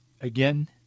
again